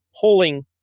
pulling